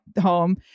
home